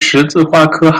十字花科